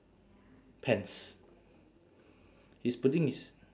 pants he's putting his